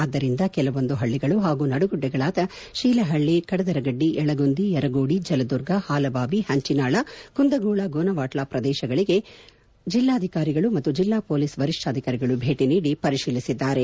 ಆದ್ದರಿಂದ ಕೆಲವೊಂದು ಪಳಿಗಳು ಪಾಗೂ ನಡುಗಡ್ಡೆಗಳಾದ ಶೀಲಪಳ್ಳಿ ಕಡದರಗಡ್ಡಿಯಳಗುಂದಿ ಯರಗೋಡಿ ಜಲದುರ್ಗ ಹಾಲಬಾವಿ ಪಂಚಿನಾಳ ಕುಂದಗೋಳ ಗೋನವಾಟ್ಲಾ ಪ್ರದೇಶಗಳಿಗೆ ಜಿಲ್ಲಾಧಿಕಾರಿಗಳು ಮತ್ತು ಜಿಲ್ಲಾ ಪೊಲೀಸ್ ವರಿಷ್ಠಾಧಿಕಾರಿಗಳು ಭೇಟಿ ನೀಡಿ ಪರಿಶೀಲಿಸಿದ್ದಾರೆ